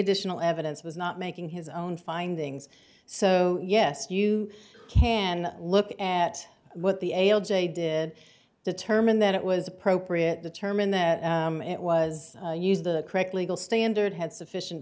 additional evidence was not making his own findings so yes you can look at what the ail day did determine that it was appropriate determine that it was used the correct legal standard had sufficient